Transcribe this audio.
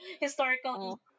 historical